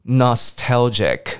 nostalgic